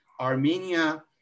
Armenia